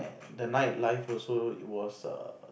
the night life also it was err